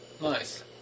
Nice